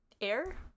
air